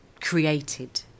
created